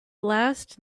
last